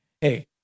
hey